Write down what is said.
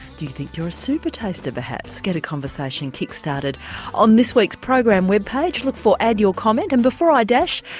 do you think you're a supertaster perhaps? get a conversation kick-started on this week's program webpage. look for add your comment. and before i dash,